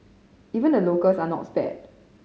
even the locals are not spared